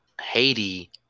Haiti